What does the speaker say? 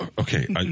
okay